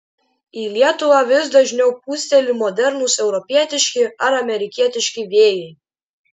į lietuvą vis dažniau pūsteli modernūs europietiški ar amerikietiški vėjai